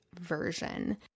version